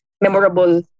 memorable